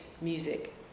music